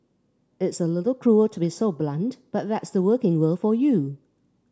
it's a little cruel to be so blunt but that's the working world for you